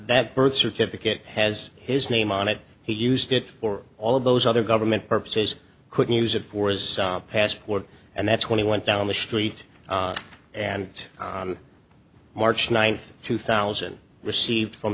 that birth certificate has his name on it he used it for all of those other government purposes couldn't use it for his passport and that's when he went down the street and on march ninth two thousand received from